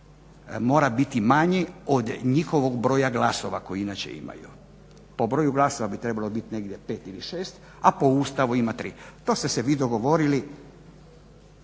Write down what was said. mora biti manji od njihovog broja glasova koji inače imaju. Po broju glasova bi trebalo biti negdje 5 ili 6, a po ustavu ima tri. To ste se vi dogovorili,